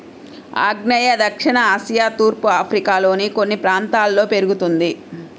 ఆగ్నేయ దక్షిణ ఆసియా తూర్పు ఆఫ్రికాలోని కొన్ని ప్రాంతాల్లో పెరుగుతుంది